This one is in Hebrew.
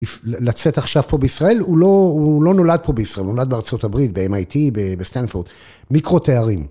לצאת עכשיו פה בישראל, הוא לא הוא לא נולד פה בישראל. הוא נולד בארה״ב, ב-MIT, בסטנפורד. מיקרו תארים.